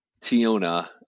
Tiona